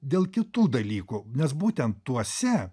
dėl kitų dalykų nes būtent tuose